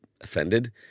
offended